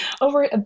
over